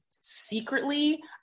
secretly